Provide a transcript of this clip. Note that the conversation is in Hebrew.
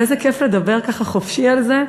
ואיזה כיף לדבר ככה חופשי על זה,